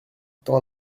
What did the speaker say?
tant